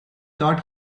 thought